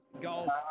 golf